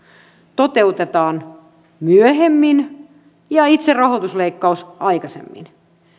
toteutetaan myöhemmin ja itse rahoitusleikkaus aikaisemmin